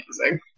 amazing